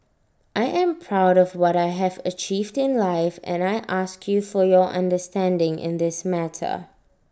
I am proud of what I have achieved in life and I ask you for your understanding in this matter